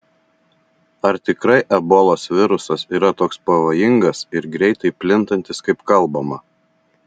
ar tikrai ebolos virusas yra toks pavojingas ir greitai plintantis kaip kalbama